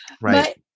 Right